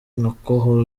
nako